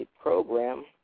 program